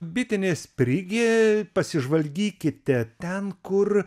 bitinė sprigė pasižvalgykite ten kur